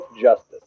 justice